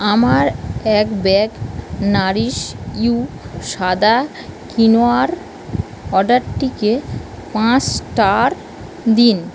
আমার এক bag nourish you সাদা কিনোয়ার অর্ডারটিকে পাঁচ স্টার দিন